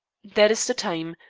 that is the time.